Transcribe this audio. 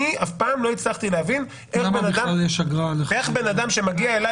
אני אף פעם לא הצלחתי להבין איך בן אדם שמגיע אליי